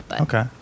Okay